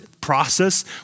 process